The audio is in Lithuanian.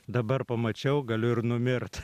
dabar pamačiau galiu ir numirt